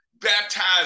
baptized